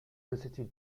visited